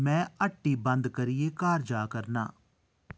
में हट्टी बंद करियै घर जा करना